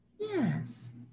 Yes